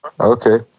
Okay